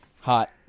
Hot